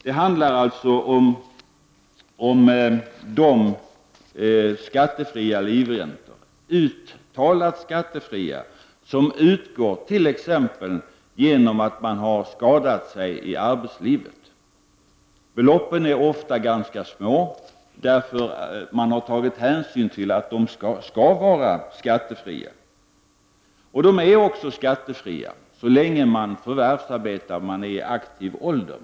Det handlar alltså om skattefria livräntor, uttalat skattefria, som utgår t.ex. då människor har skadat sig i arbetslivet. Beloppen är ofta ganska små därför att hänsyn har tagits till att de skall vara skattefria. De är också skattefria så länge dessa människor förvärvsarbetar och är i aktiv ålder.